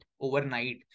overnight